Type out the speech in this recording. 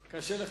רבותי,